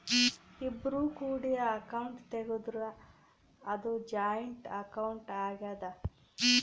ಇಬ್ರು ಕೂಡಿ ಅಕೌಂಟ್ ತೆಗುದ್ರ ಅದು ಜಾಯಿಂಟ್ ಅಕೌಂಟ್ ಆಗ್ಯಾದ